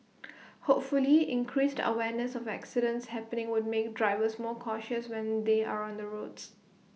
hopefully increased awareness of accidents happening would make drivers more cautious when they are on the roads